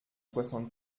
soixante